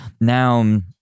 Now